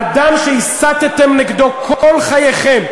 אדם שהסתתם נגדו כל חייכם,